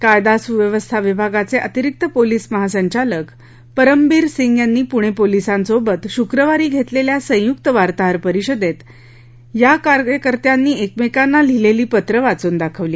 कायदा सुव्यवस्था विभागाचे अतिरिक्त पोलीस महासंचालक परमबिर सिंग यांनी पुणे पोलिसांसोबत शुक्रवारी घेतलेल्या संयुक्त वार्ताहर परिषदेत या कार्यकर्त्यांनी एकमेकांना लिहिलेली पत्रं वाचून दाखवली